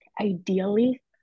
Ideally